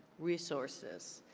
resources,